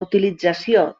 utilització